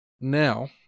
Now